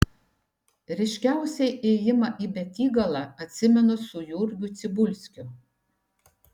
ryškiausiai ėjimą į betygalą atsimenu su jurgiu cibulskiu